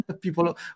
people